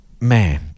man